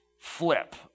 flip